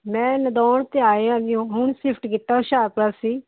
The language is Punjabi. ਮੈਂ ਨਦੌਣ ਤੋਂ ਆਏ ਹਾਂ ਗਏ ਓਂ ਹੁਣ ਸ਼ਿਫਟ ਕੀਤਾ ਹੁਸ਼ਿਆਰਪੁਰ ਅਸੀਂ